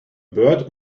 bird